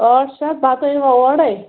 ٲٹھ شَتھ بَتہٕ أنۍوا اورے